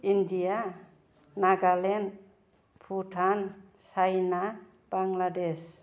India Nagaland Bhutan China Bangladesh